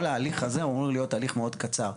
כי כל ההליך הזה אמור להיות הליך מאוד קצר.